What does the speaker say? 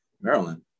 Maryland